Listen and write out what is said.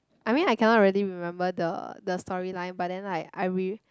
I mean I cannot really remember the the story line but then like I re~